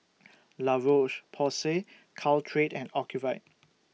La Roche Porsay Caltrate and Ocuvite